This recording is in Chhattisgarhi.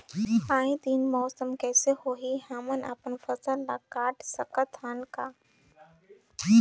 आय दिन मौसम कइसे होही, हमन अपन फसल ल काट सकत हन का?